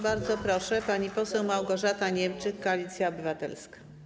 Bardzo proszę, pani poseł Małgorzata Niemczyk, Koalicja Obywatelska.